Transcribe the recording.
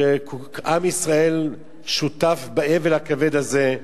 ועם ישראל שותף באבל הכבד הזה,